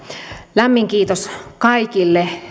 lämmin kiitos kaikille